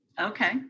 okay